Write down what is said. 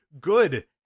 good